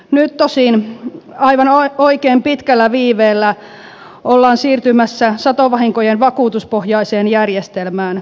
nyt tosin aivan oikein pitkällä viiveellä ollaan siirtymässä satovahinkojen vakuutuspohjaiseen järjestelmään